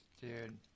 Dude